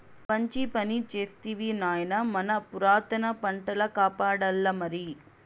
మంచి పని చేస్తివి నాయనా మన పురాతన పంటల కాపాడాల్లమరి